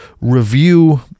review